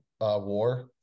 war